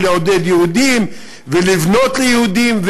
ולעודד יהודים ולבנות ליהודים.